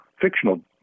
fictional